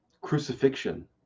crucifixion